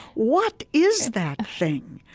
what is that thing?